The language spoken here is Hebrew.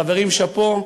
חברים, שאפו.